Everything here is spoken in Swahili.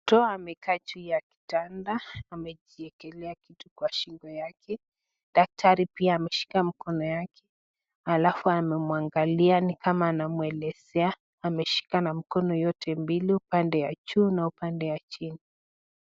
Amekaa juu ya kitanda amejiekelea kitu kwa kifua yake, daktari pia ameshika mkono yake alafu amemwangalia ni kama anamwelezea ameshika na mikono yake mbili upande ya juu na upande ya chini.